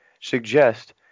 suggest